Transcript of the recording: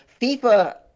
FIFA